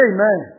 Amen